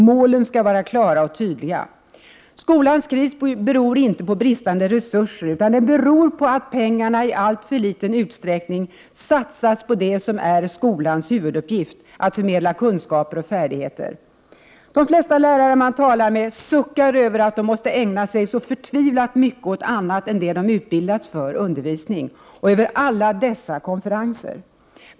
Målen skall vara klara och tydliga. 24 maj 1989 Skolans kris beror inte på bristande resurser. Den beror på att pengarna i alltför liten utsträckning satsas på det som är skolans huvuduppgift — att förmedla kunskaper och färdigheter. De flesta lärare man talar med suckar över att de måste ägna sig så förtvivlat mycket åt annat än det de utbildats för — undervisning — och över alla dessa konferenser.